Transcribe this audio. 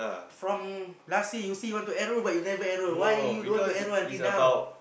from last year you say you want to enrol but you never enrol why you don't want to enrol until now